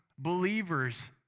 Believers